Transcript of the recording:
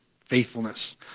faithfulness